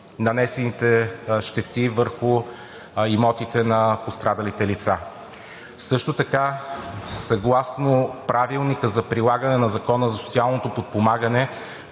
нанесените щети върху имотите на пострадалите лица. Също така съгласно Правилника за прилагане на Закона за социалното подпомагане,